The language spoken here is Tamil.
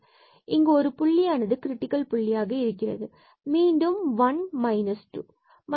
எனவே இங்கு ஒரு புள்ளியானது கிரிட்டிக்கல் புள்ளியாக இருக்கிறது மீண்டும்1 and 2 உள்ளது